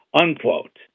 unquote